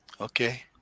Okay